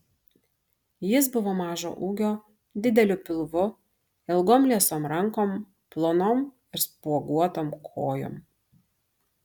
jis buvo mažo ūgio dideliu pilvu ilgom liesom rankom plonom ir spuoguotom kojom